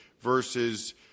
versus